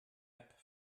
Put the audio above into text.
app